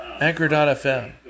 Anchor.fm